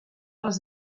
les